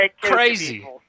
crazy